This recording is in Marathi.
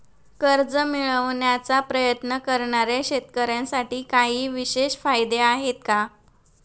कर्ज मिळवण्याचा प्रयत्न करणाऱ्या शेतकऱ्यांसाठी काही विशेष फायदे आहेत का?